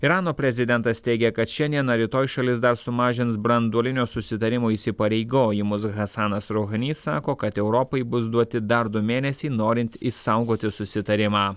irano prezidentas teigia kad šiandien ar rytoj šalis dar sumažins branduolinio susitarimo įsipareigojimus hasanas rohanis sako kad europai bus duoti dar du mėnesiai norint išsaugoti susitarimą